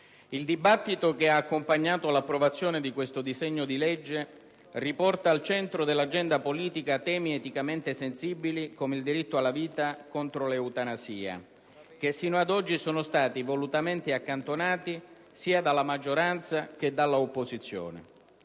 il dibattito che ha accompagnato l'approvazione di questo disegno di legge riporta al centro dell'agenda politica temi eticamente sensibili (come il diritto alla vita contro l'eutanasia) che sino a oggi sono stati volutamente accantonati, sia dalla maggioranza che dall'opposizione.